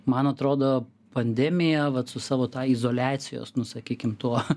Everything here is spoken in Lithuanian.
man atrodo pandemija vat su savo ta izoliacijos nu sakykim tuo